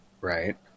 right